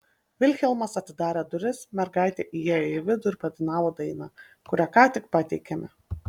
vilhelmas atidarė duris mergaitė įėjo į vidų ir padainavo dainą kurią ką tik pateikėme